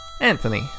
Anthony